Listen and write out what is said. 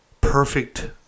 perfect